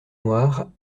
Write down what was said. noire